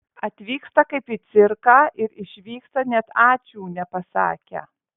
atvyksta kaip į cirką ir išvyksta net ačiū nepasakę